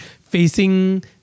facing